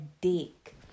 dick